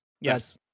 Yes